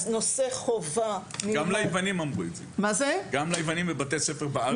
גם ליוונים בבתי ספר בארץ אמרו את זה.